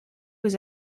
aux